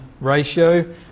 ratio